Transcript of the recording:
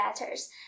letters